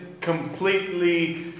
completely